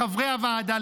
לחברי הוועדה,